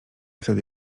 wtedy